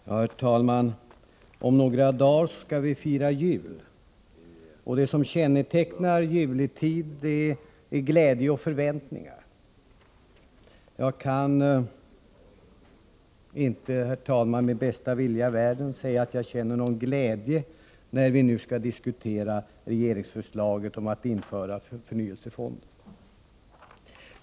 Herr talman! Om några dagar skall vi fira jul. Det som kännetecknar juletid är glädje och förväntningar. Jag kan emellertid inte med bästa vilja i världen säga att jag känner någon glädje, när vi nu skall diskutera regeringsförslaget om att införa förnyelsefonder.